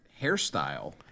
hairstyle